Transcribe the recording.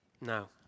No